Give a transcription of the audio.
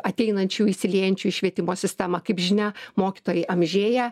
ateinančių įsiliejančių į švietimo sistemą kaip žinia mokytojai amžėja